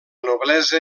noblesa